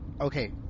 Okay